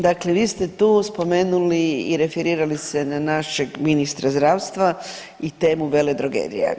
Dakle vi ste tu spomenuli i referirali se na našeg ministra zdravstva i temu veledrogerija.